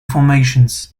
formations